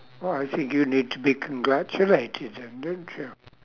oh I see you need to be congratulated then don't you